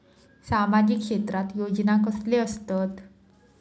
सामाजिक क्षेत्रात योजना कसले असतत?